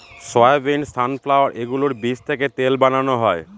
soybean, sunflower এগুলোর বীজ থেকে তেল বানানো হয়